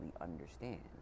understand